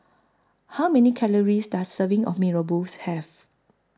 How Many Calories Does A Serving of Mee Rebus Have